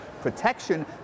protection